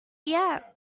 yet